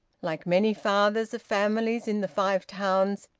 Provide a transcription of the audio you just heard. like many fathers of families in the five towns,